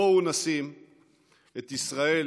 בואו נשים את ישראל